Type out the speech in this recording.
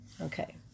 Okay